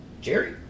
Jerry